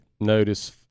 notice